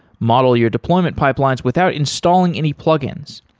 model your deployment pipelines without installing any plugins.